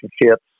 relationships